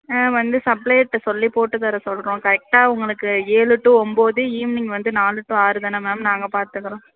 ஆ வந்து சப்ளையர்ட்டே சொல்லி போட்டுத்தர சொல்கிறோம் கரெக்டாக உங்களுக்கு ஏழு டு ஒம்போது ஈவ்னிங் வந்து நாலு டு ஆறு தானே மேம் நாங்கள் பாத்துக்கிறோம்